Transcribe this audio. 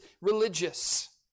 religious